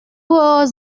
was